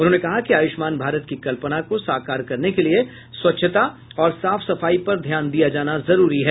उन्होंने कहा कि आयुष्मान भारत की कल्पना को साकार करने के लिए स्वच्छता और साफ सफाई पर ध्यान दिया जाना जरूरी है